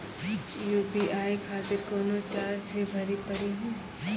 UPI खातिर कोनो charge भी भरी पड़ी हो?